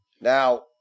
Now